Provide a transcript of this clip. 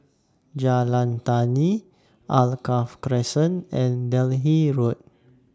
Jalan Tani Alkaff Crescent and Delhi Road